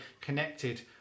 connected